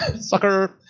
sucker